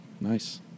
Nice